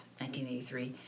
1983